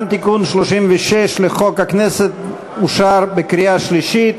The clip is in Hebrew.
גם תיקון 36 לחוק הכנסת אושר בקריאה שלישית.